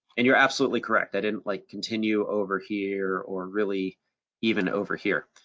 and you're absolutely correct. i didn't like continue over here or really even over here.